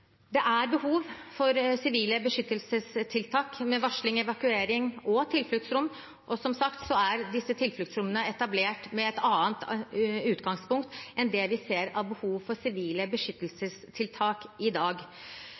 Det er behov for sivile beskyttelsestiltak med varsling, evakuering og tilfluktsrom, og som sagt er disse tilfluktsrommene etablert med et annet utgangspunkt enn det vi ser av behov for sivile beskyttelsestiltak i dag.